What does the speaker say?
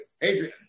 Adrian